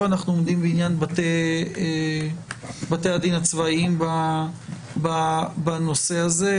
אנחנו עומדים בעניין בתי הדין הצבאיים בנושא הזה.